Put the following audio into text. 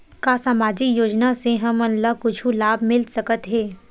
का सामाजिक योजना से हमन ला कुछु लाभ मिल सकत हे?